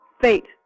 fate